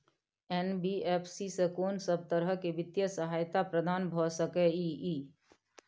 NBFC स कोन सब तरह के वित्तीय सहायता प्रदान भ सके इ? इ